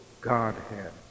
Godhead